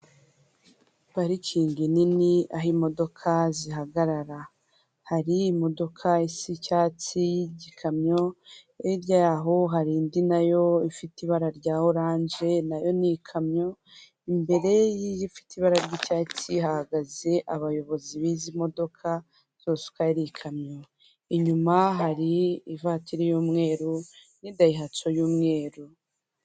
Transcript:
Parikingi nini aho imodoka zihagarara hari imodoka isa icyatsi y'igikamyo hirya yaho hari indi nayo ifite ibara rya oranje nayo n'ikamyo imbere ifite ibara ry'icyatsi, hahagaze abayobozi b'izi modoka zose uko ari ikamyo, inyuma hari ivatiri y'umweru n'idayihatso y'umweru.